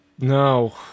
no